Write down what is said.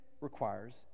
requires